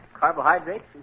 carbohydrates